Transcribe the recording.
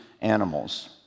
animals